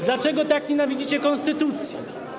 Dlaczego tak nienawidzicie konstytucji?